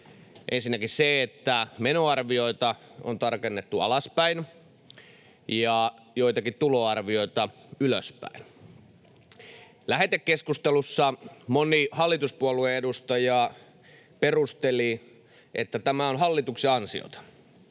Ensinnäkin se, että menoarvioita on tarkennettu alaspäin ja joitakin tuloarvioita ylöspäin. Lähetekeskustelussa moni hallituspuolueen edustaja perusteli, että tämä on hallituksen ansiota.